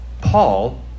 Paul